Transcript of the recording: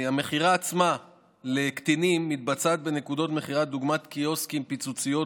המכירה לקטינים עצמה מתבצעת בנקודות מכירה דוגמת קיוסקים ופיצוציות,